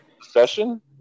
Session